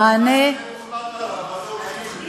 המענה, הוחלט עליו.